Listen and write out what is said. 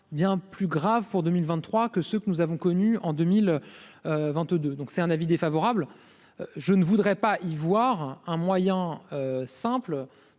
bien plus grave pour 2023 que ce que nous avons connu en 2022, donc c'est un avis défavorable je ne voudrais pas y voir un moyen simple